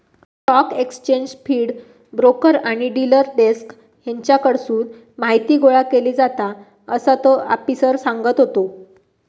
stock exchange feed, broker आणि dealer desk हेच्याकडसून माहीती गोळा केली जाता, असा तो आफिसर सांगत होतो